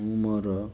ମୁଁ ମୋର